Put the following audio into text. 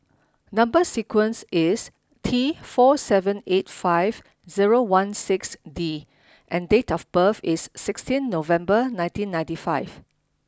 number sequence is T four seven eight five zero one six D and date of birth is sixteen November nineteen ninety five